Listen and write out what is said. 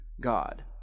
God